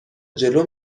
جلو